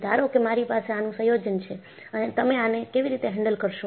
ધારો કે મારી પાસે આનું સંયોજન છે તમે આને કેવી રીતે હેન્ડલ કરશો